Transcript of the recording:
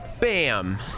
Bam